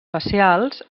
facials